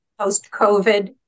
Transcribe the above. post-COVID